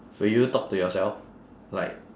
will you talk to yourself like